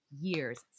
years